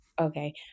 Okay